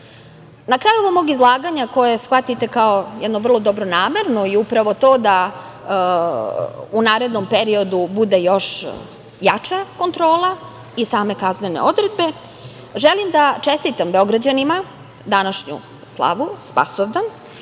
kraju ovog mog izlaganja koje shvatite kao jedno dobronamerno i upravo to da u narednom periodu bude još jača kontrola i same kaznene odredbe, želim da čestitam Beograđanima današnju slavu Spasodan